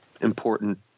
important